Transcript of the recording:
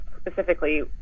specifically